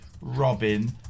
Robin